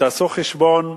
ותעשו חשבון,